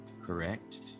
correct